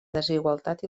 desigualtat